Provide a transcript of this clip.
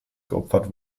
geopfert